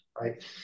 right